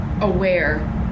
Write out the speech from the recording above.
aware